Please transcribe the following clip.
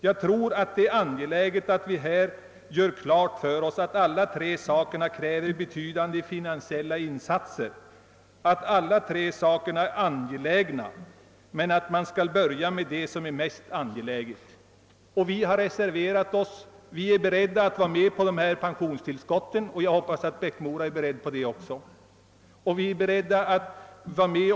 Jag tror att det är angeläget att vi här gör klart för oss att alla tre sakerna kräver betydande finansiella insatser, att alla tre sakerna är angelägna men att man skall börja med det som är mest angeläget.» Vi reservanter är beredda att gå med på dessa pensionstillskott, och det hoppas jag att herr Eriksson i Bäckmora också är.